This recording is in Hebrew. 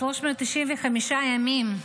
395 ימים.